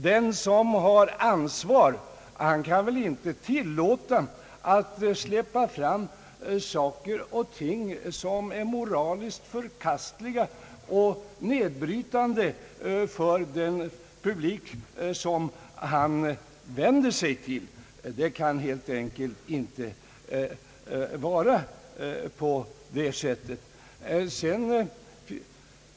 Den som har ansvar kan väl inte tillåta att saker och ting släpps fram som är moraliskt förkastliga och nedbrytande för den publik som han vänder sig till. Något sådant kan helt enkelt inte förekomma.